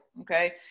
okay